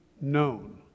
known